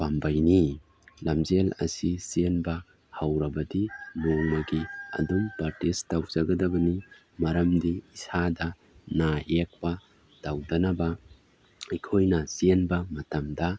ꯄꯥꯝꯕꯩꯅꯤ ꯂꯝꯖꯦꯟ ꯑꯁꯤ ꯆꯦꯟꯕ ꯍꯧꯔꯕꯗꯤ ꯅꯣꯡꯃꯒꯤ ꯑꯗꯨꯝ ꯄꯔꯇꯤꯁ ꯇꯧꯖꯒꯗꯕꯅꯤ ꯃꯔꯝꯗꯤ ꯏꯁꯥꯗ ꯅꯥ ꯌꯦꯛꯄ ꯇꯧꯗꯅꯕ ꯑꯩꯈꯣꯏꯅ ꯆꯦꯟꯕ ꯃꯇꯝꯗ